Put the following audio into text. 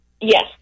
yes